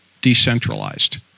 decentralized